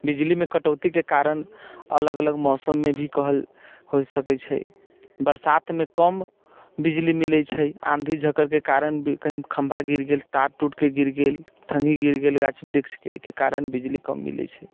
बिजलीमे कटौतीके कारण अलग अलग मौसममे भी कहल होइ सकै छै बरसातमे कम बिजली मिलै छै आँधी झखड़के कारण कहीँ खम्भा गिर गेल तार टूटके गिर गेल टहनी गिर गेल गाछ वृक्षके एहिके कारण बिजली कम मिलै छै